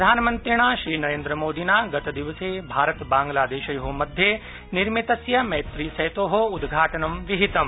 प्रधानमंत्रिणा श्रीनरेन्द्रमोदिना गतदिवसे भारत बांग्लादेशयोः मध्ये निर्मितस्य मैत्री सेतोः उद्घाटनं विहितम्